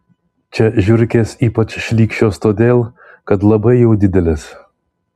čia žiurkės ypač šlykščios todėl kad labai jau didelės